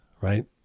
right